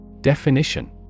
Definition